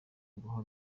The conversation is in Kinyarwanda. guha